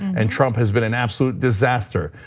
and trump has been an absolute disaster,